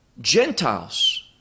Gentiles